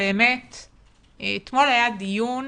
אתמול היה דיון